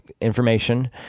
information